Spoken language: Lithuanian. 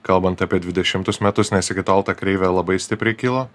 kalbant apie dvidešimus metus nes iki tol ta kreivė labai stipriai kilo